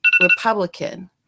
Republican